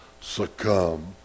succumb